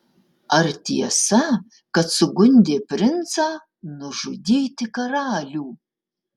ar tiesa kad sugundė princą nužudyti karalių